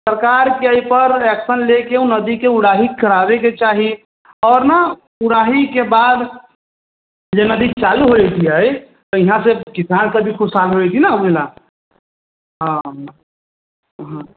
सरकारकेँ एहिपर एक्शन लैके ओ नदीके उराही कराबैके चाही आओर ने उराहीके बाद जे नदी चालू होइत छै अहिना से किसान सभ भी खुशहाल होइ कि ने ओहि लेल हँ हँ